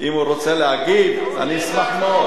אם הוא רוצה להגיב, אני אשמח מאוד.